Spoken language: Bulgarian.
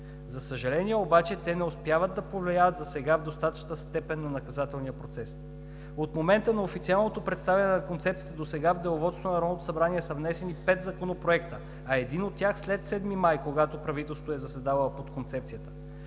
За съжаление обаче, те не успяват да повлияят засега в достатъчна степен на наказателния процес. От момента на официалното представяне на Концепцията досега в Деловодството на Народното събрание са внесени пет законопроекта, а един от тях – след 7 май, когато правителството е заседавало по концепцията.